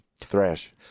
Thrash